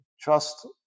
trust